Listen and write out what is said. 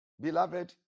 beloved